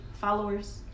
followers